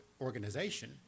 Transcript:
organization